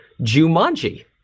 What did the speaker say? Jumanji